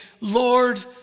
Lord